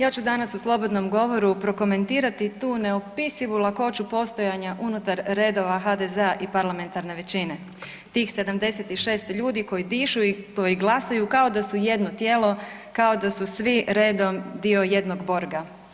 Ja ću danas u slobodnom govoru prokomentirati tu neopisivu lakoću postojanja unutar redova HDZ-a i parlamentarne većine, tih 76 ljudi koji dišu i koji glasaju kao da su jedno tijelo, kao da su svi redom dio jednog borga.